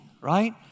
right